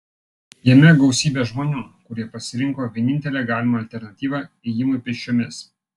jame gausybė žmonių kurie pasirinko vienintelę galimą alternatyvą ėjimui pėsčiomis